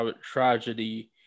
tragedy